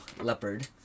Leopard